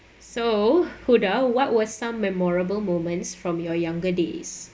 so huda what was some memorable moments from your younger days